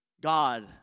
God